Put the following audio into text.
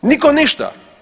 Niko ništa.